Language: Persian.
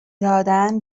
دادن